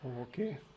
Okay